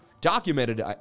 Documented